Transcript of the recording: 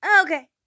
okay